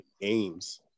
games